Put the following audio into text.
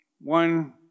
one